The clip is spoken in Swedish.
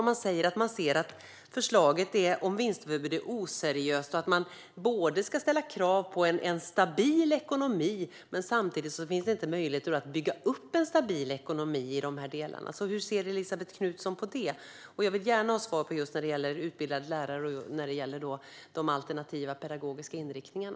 Man säger att förslaget om vinstförbud är oseriöst. Det ställs krav på en stabil ekonomi, men samtidigt finns det inte möjligheter att bygga upp en stabil ekonomi. Hur ser Elisabet Knutsson på det? Jag vill också gärna ha svar på frågan om utbildade lärare när det gäller de alternativa pedagogiska inriktningarna.